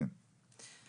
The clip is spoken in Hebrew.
משרד הביטחון.